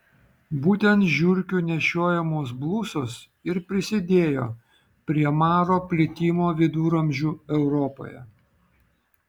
būtent žiurkių nešiojamos blusos ir prisidėjo prie maro plitimo viduramžių europoje